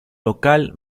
local